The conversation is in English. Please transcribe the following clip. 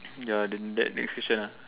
ya then that next question ah